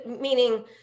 meaning